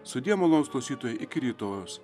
sudie molaus klausytojai iki rytojaus